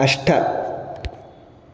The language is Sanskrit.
अष्ट